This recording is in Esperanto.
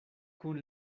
kun